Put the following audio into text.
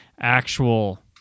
actual